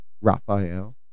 Raphael